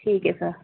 ٹھیک ہے سر